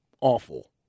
awful